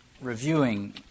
reviewing